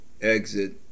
exit